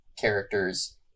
characters